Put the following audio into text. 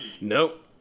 Nope